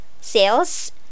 Sales